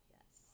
Yes